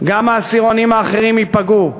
"גם העשירונים האחרים ייפגעו.